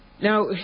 Now